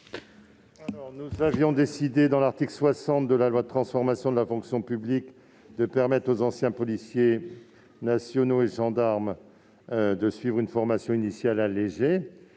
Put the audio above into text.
Nous avions décidé, dans l'article 60 de la loi de transformation de la fonction publique, de permettre aux anciens policiers nationaux et gendarmes de suivre une formation initiale allégée.